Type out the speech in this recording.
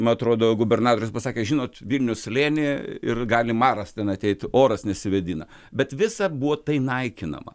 man atrodo gubernatorius pasakė žinot vilnius slėny ir gali maras ten ateit oras nesivėdina bet visad buvo tai naikinama